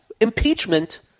Impeachment